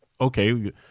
okay